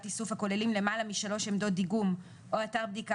איסוף הכוללים למעלה משלוש עמדות דיגום או אתר בדיקה